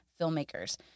filmmakers